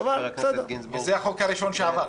חבר הכנסת גינזבורג --- וזה החוק הראשון שעבר.